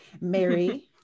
Mary